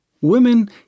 women